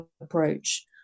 approach